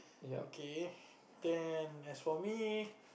K then as for me